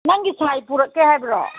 ꯅꯪꯒꯤ ꯁꯥꯏ ꯄꯨꯔꯛꯀꯦ ꯍꯥꯏꯕ꯭ꯔꯣ